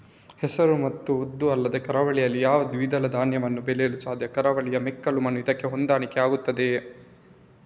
ಹೆಸರು ಮತ್ತು ಉದ್ದು ಅಲ್ಲದೆ ಕರಾವಳಿಯಲ್ಲಿ ಯಾವ ದ್ವಿದಳ ಧಾನ್ಯವನ್ನು ಬೆಳೆಯಲು ಸಾಧ್ಯ? ಕರಾವಳಿಯ ಮೆಕ್ಕಲು ಮಣ್ಣು ಇದಕ್ಕೆ ಹೊಂದಾಣಿಕೆ ಆಗುತ್ತದೆಯೇ?